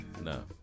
No